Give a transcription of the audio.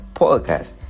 podcast